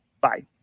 Bye